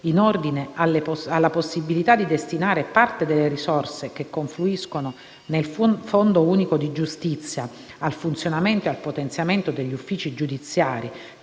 in ordine alla possibilità di destinare parte delle risorse che confluiscono nel Fondo unico di giustizia (FUG) al funzionamento e al potenziamento degli uffici giudiziari